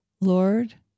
Lord